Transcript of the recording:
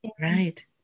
Right